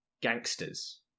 gangsters